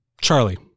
charlie